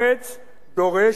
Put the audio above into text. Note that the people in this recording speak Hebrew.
דורש משמעת עצמית.